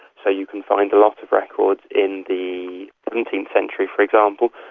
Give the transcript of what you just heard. so you can find a lot of records in the seventeenth century, for example,